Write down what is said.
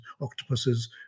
octopuses